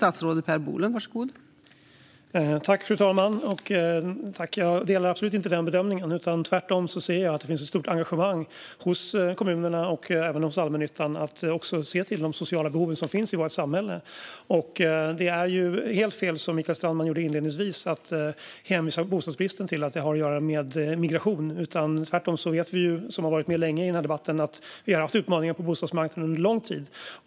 Fru talman! Jag delar absolut inte den bedömningen. Tvärtom ser jag att det finns ett stort engagemang hos kommunerna och allmännyttan när det gäller att se till de sociala behov som finns i vårt samhälle. Det är helt fel att, som Mikael Strandman gjorde inledningsvis, hänvisa bostadsbristen till att det har att göra med migration. Tvärtom vet vi som har varit med länge i den här debatten att vi har haft utmaningar på bostadsmarknaden under lång tid.